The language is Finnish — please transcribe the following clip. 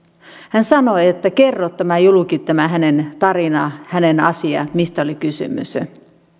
hän sanoi että kerro julki tämä hänen tarinansa hänen asiansa mistä oli kysymys